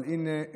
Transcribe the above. אבל הינה,